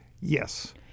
Yes